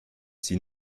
sie